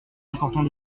important